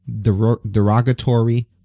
derogatory